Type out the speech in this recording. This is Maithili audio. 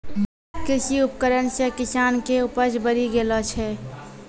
कृषि उपकरण से किसान के उपज बड़ी गेलो छै